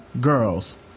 girls